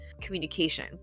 communication